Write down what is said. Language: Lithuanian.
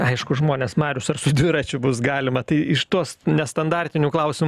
aišku žmonės marius ar su dviračiu bus galima tai iš tos nestandartinių klausimų